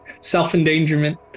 self-endangerment